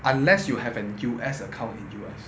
unless you have an U_S account in U_S